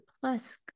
plus